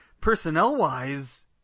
personnel-wise